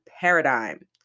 paradigm